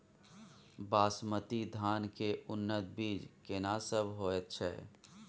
बासमती धान के उन्नत बीज केना सब होयत छै?